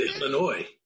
Illinois